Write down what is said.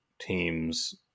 teams